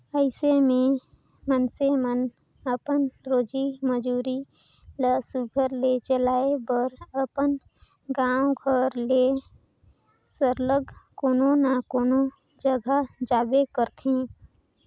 अइसे में मइनसे मन अपन रोजी मंजूरी ल सुग्घर ले चलाए बर अपन गाँव घर ले सरलग कोनो न कोनो जगहा जाबे करथे